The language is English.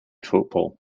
football